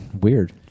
Weird